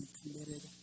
committed